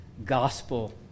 gospel